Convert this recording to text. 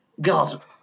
God